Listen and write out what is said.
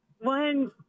one